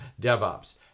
DevOps